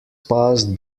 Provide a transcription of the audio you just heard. passed